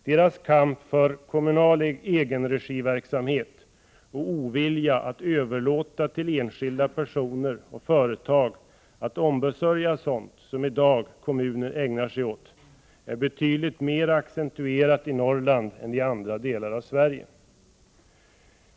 Deras kamp för kommunal egenregiverksamhet och ovilja att överlåta till enskilda personer och företag att ombesörja sådant som i dag kommuner ägnar sig åt är betydligt mer accentuerat i Norrland än i andra delar av Sverige.